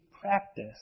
practice